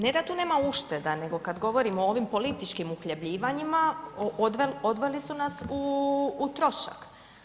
Ne da tu nema ušteda, nego kad govorimo o ovim političkim uhljebljivanjima odveli su nas u trošak.